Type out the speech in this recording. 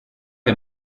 che